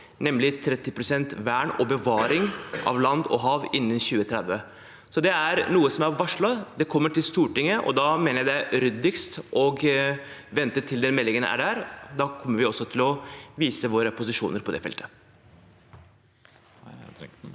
nemlig 30 pst. vern og bevaring av land og hav innen 2030. Det er noe som er varslet. Det kommer til Stortinget, og jeg mener det er ryddigst å vente til den meldingen er der. Da kommer vi også til å vise våre posisjoner på det feltet.